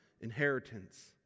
inheritance